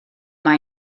mae